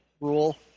rule